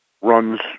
runs